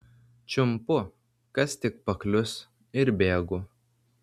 čiumpu kas tik paklius ir bėgu